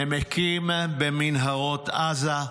נמקים במנהרות עזה.